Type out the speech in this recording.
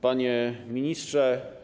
Panie Ministrze!